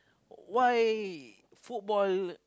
why football